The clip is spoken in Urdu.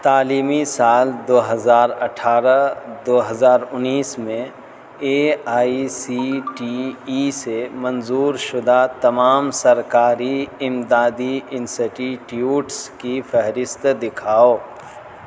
تعلیمی سال دو ہزار اٹھارہ دو ہزار انیس میں A I C T E سے منظور شدہ تمام سرکاری امدادی انسٹیٹیوٹس کی فہرست دکھاؤ